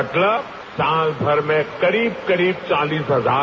मतलब साल भर में करीब करीब चालीस हजार